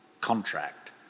contract